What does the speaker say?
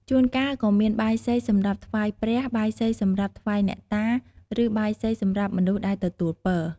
ជួនកាលក៏មានបាយសីសម្រាប់ថ្វាយព្រះ បាយសីសម្រាប់ថ្វាយអ្នកតា ឬបាយសីសម្រាប់មនុស្សដែលទទួលពរ។